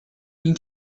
این